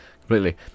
completely